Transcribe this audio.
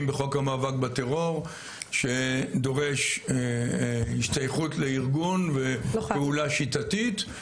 בחוק המאבק בטרור שדורש השתייכות לארגון ופעולה שיטתית.